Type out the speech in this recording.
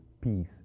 peace